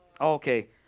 Okay